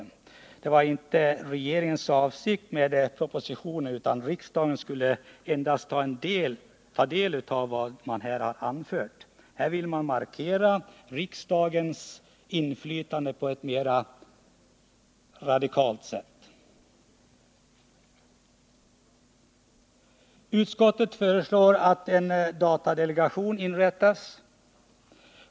Detta var inte regeringens avsikt i propositionen, utan riksdagen skulle endast ta del av vad man hade anfört. Utskottet vill markera riksdagens inflytande på ett mera radikalt sätt. Utskottet föreslår att en datadelegation inrättas.